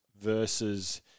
versus